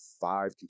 five